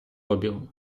обігу